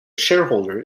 shareholder